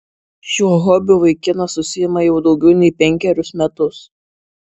šiuo hobiu vaikinas užsiima jau daugiau nei penkerius metus